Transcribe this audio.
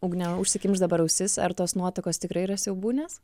ugne užsikimšk dabar ausis ar tos nuotaikos tikrai yra siaubūnės